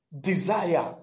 desire